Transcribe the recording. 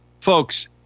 Folks